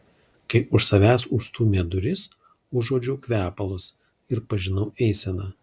kai už savęs užstūmė duris užuodžiau kvepalus ir pažinau eiseną